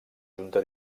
junta